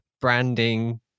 branding